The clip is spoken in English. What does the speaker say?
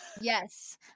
Yes